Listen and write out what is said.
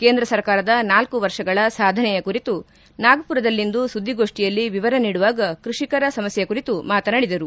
ಕೇಂದ್ರ ಸರ್ಕಾರದ ನಾಲ್ಕು ವರ್ಷಗಳ ಸಾಧನೆ ಕುರಿತು ನಾಗ್ಬರದಲ್ಲಿಂದು ಸುದ್ದಿಗೋಷ್ಠಿಯಲ್ಲಿ ವಿವರ ನೀಡುವಾಗ ಕೃಷಿಕರ ಸಮಸ್ಯೆ ಕುರಿತು ಮಾತನಾಡಿದರು